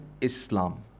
Islam